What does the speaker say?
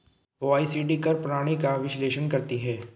OECD कर प्रणाली का विश्लेषण करती हैं